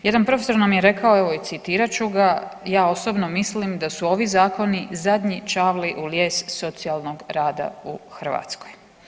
Jedan profesor nam je rekao evo i citirat ću ga, ja osobno mislim da su ovi zakoni zadnji čavli u lijes socijalnog rada u Hrvatskoj.